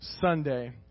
Sunday